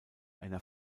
einer